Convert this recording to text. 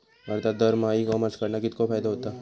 भारतात दरमहा e commerce कडणा कितको फायदो होता?